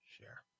Share